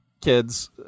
Kids